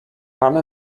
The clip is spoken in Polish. pan